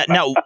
Now